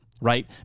right